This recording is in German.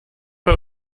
bei